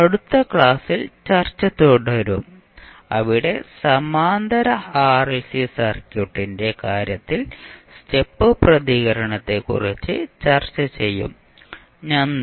അടുത്ത ക്ലാസ്സിൽ ചർച്ച തുടരും അവിടെ സമാന്തര ആർഎൽസി സർക്യൂട്ടിന്റെ കാര്യത്തിൽ സ്റ്റെപ്പ് പ്രതികരണത്തെക്കുറിച്ച് ചർച്ച ചെയ്യും നന്ദി